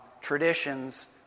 traditions